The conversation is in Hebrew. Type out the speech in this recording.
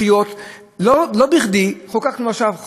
פי-שלושה מהתביעה אם לא היה תום לב.